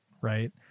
right